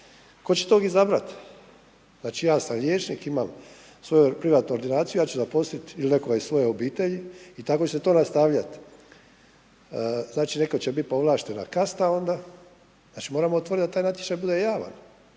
Tko će tog izabrati? Znači, ja sam liječnik, imam svoju privatnu ordinaciju, ja ću zaposliti ili nekoga iz svoje obitelji i tako će se to nastavljati. Znači netko će biti povlaštena kasta onda. Znači moramo otvoriti onda da taj natječaj bude javan